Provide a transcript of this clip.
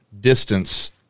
distance